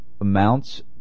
amounts